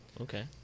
okay